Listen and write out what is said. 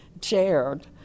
chaired